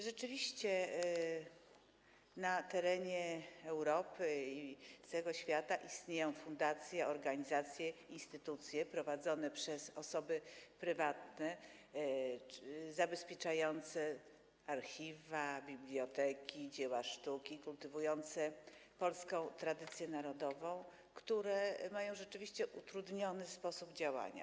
Rzeczywiście na terenie Europy, całego świata istnieją fundacje, organizacje, instytucje prowadzone przez osoby prywatne, zabezpieczające archiwa, biblioteki i dzieła sztuki i kultywujące polską tradycję narodową, które rzeczywiście mają utrudniony sposób działania.